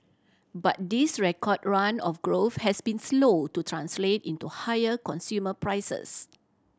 but this record run of growth has been slow to translate into higher consumer prices